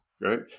right